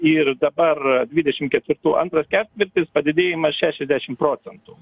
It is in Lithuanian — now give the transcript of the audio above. ir dabar dvidešim ketvirtų antras ketvirtis padidėjimas šešiasdešim procentų